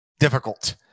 Difficult